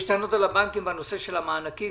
יש טענות על הבנקים בנושא של המענקים,